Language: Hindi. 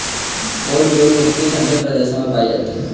पोडजोल मिट्टी ठंडे प्रदेशों में पाई जाती है